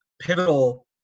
pivotal